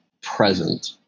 present